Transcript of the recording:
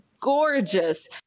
gorgeous